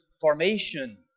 formation